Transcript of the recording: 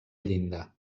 llinda